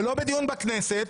זה לא בדיון בכנסת,